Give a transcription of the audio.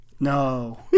No